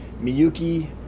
Miyuki